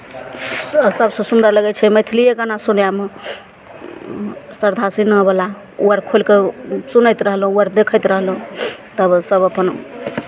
आओर सभसँ सुन्दर लगै छै मैथिलिए गाना सुनयमे शारदा सिन्हावला ओ अर खोलि कऽ सुनैत रहलहुँ ओ अर देखैत रहलहुँ तब सभ अपन